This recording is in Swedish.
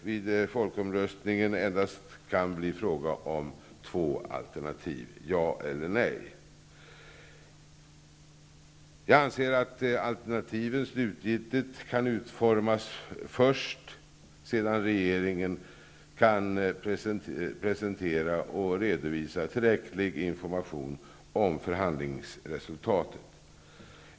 Vid folkomröstningen kan det endast bli fråga om två alternativ: ja eller nej till Jag anser att alternativen kan utformas slutgiltigt först när regeringen har presenterat och redovisat tillräcklig information om förhandlingsresultatet.